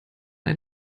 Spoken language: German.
ein